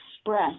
express